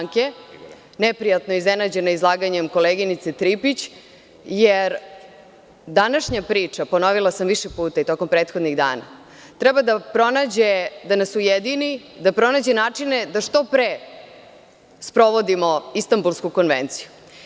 Neprijatno sam iznenađena izlaganjem koleginice Tripić jer današnja priča, ponovila sam više puta i tokom prethodnih dana, treba da pronađe i da nas ujedini, da pronađe načine da što pre sprovodimo Istanbulsku konvenciju.